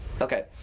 okay